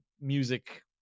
music